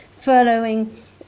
furloughing